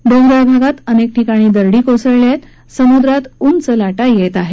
डोंगराळ भागात अनेक ठिकाणी दरडी कोसळल्या असून समुद्रात उंच लाटा येत आहेत